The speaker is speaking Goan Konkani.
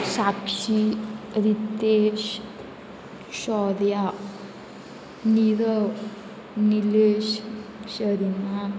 साक्षी रितेश शौर्या निरव निलेश शरीमा